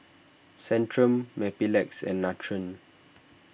Centrum Mepilex and Nutren